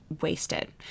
wasted